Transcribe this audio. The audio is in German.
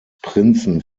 prinzen